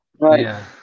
Right